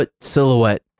silhouette